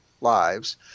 lives